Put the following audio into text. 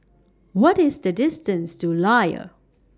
What IS The distance to Layar